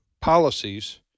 policies